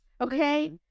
okay